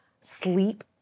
sleep